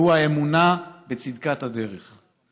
שהוא האמונה בצדקת הדרך,